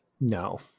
No